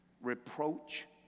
reproach